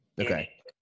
Okay